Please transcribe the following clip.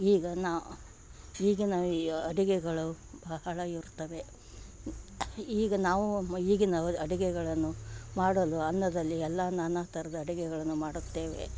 ಈಗ ನಾ ಈಗಿನ ಈ ಅಡುಗೆಗಳು ಬಹಳ ಇರ್ತವೆ ಈಗ ನಾವು ಈಗಿನವ್ರ ಅಡುಗೆಗಳನ್ನು ಮಾಡಲು ಅನ್ನದಲ್ಲಿ ಎಲ್ಲ ನಾನಾ ಥರದ ಅಡುಗೆಗಳನ್ನು ಮಾಡುತ್ತೇವೆ